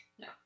No